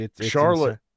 charlotte